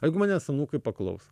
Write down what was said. jeigu manęs anūkai paklaus